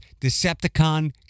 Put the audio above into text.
Decepticon